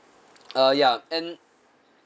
uh ya and